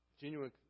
Genuine